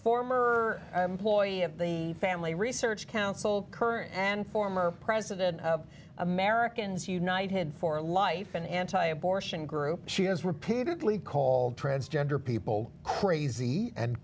former employee of the family research council current and former president of americans united for life an anti abortion group she has repeatedly called transgender people crazy and